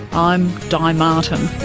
i'm di martin